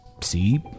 see